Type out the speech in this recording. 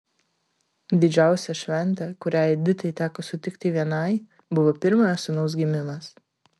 didžiausia šventė kurią editai teko sutikti vienai buvo pirmojo sūnaus gimimas